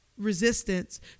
Resistance